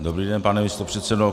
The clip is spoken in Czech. Dobrý den, pane místopředsedo.